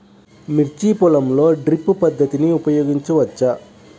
మిర్చి పొలంలో డ్రిప్ పద్ధతిని ఉపయోగించవచ్చా?